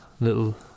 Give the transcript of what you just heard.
little